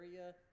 area